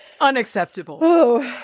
Unacceptable